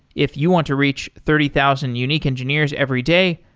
if you want to reach thirty thousand unique engineers every day,